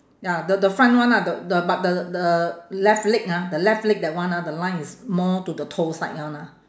ya the the front one ah the the but the the left leg ha the left leg that one ah the line is more to the toe side one ah